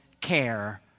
care